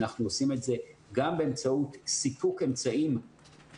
אנחנו עושים את זה גם באמצעות סיפוק אמצעים טכניים